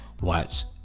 watch